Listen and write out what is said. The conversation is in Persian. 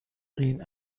این